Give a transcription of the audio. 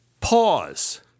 Pause